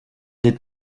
des